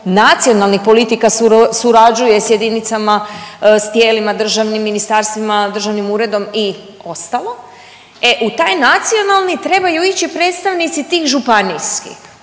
nacionalnih politika, surađuje sa jedinicama, s tijelima državnim, ministarstvima, državnim uredom i ostalo e u taj nacionalni trebaju ići predstavnici tih županijskih.